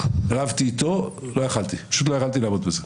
רבתי איתו, פשוט לא יכולתי לעמוד בזה.